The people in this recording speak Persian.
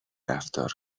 رفتار